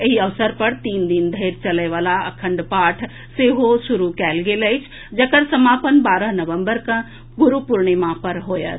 एहि अवसर पर तीन दिन धरि चलय वला अखंड पाठ सेहो शुरू कयल गेल अछि जकर समापन बारह नवंबर के गुरू पूर्णिमा पर होयत